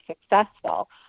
successful